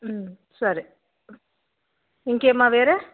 సరే ఇంకేం మా వేరే